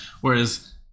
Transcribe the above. Whereas